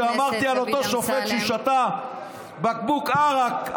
כשאמרתי על אותו שופט שהוא שתה בקבוק עראק,